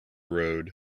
road